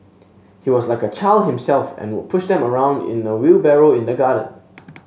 he was like a child himself and would push them around in a wheelbarrow in the garden